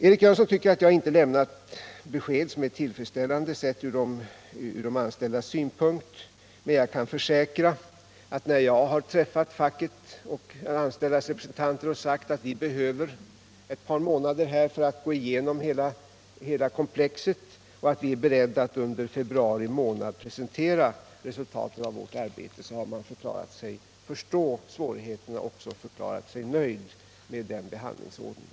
Eric Jönsson tycker att jag inte har lämnat besked som är tillfredsställande sett från de anställdas synpunkt, men jag kan försäkra att när jag har träffat facket och anställdas representanter och sagt att vi behöver ett par månader för att gå igenom hela komplexet och att vi är beredda att under februari månad presentera resultatet av vårt arbete, har man förklarat sig förstå svårigheterna och även förklarat sig nöjd med den behandlingsordningen.